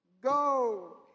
go